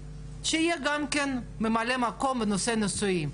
שהוא יהיה גם ממלא מקום בנושא נישואים,